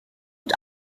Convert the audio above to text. und